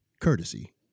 courtesy